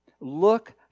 Look